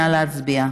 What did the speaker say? נא להצביע.